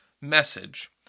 message